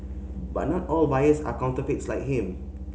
but not all buyers of counterfeits are like him